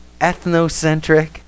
ethnocentric